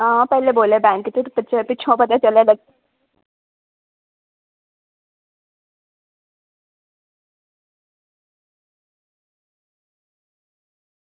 हां पैह्लें बोला दे बैंक च पिच्छुआं पता चला दा